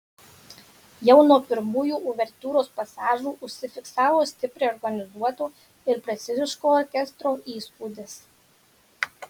jau nuo pirmųjų uvertiūros pasažų užsifiksavo stipriai organizuoto ir preciziško orkestro įspūdis